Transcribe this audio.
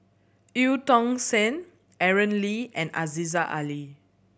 Eu Tong Sen Aaron Lee and Aziza Ali